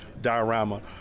diorama